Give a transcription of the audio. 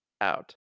out